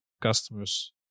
customers